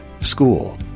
school